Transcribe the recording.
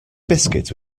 biscuit